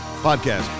Podcast